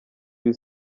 b’i